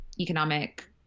economic